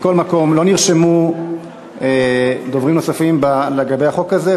מכל מקום, לא נרשמו דוברים נוספים לגבי החוק הזה.